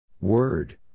Word